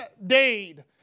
indeed